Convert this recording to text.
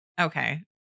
okay